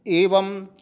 एवं